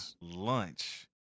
lunch